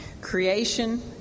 Creation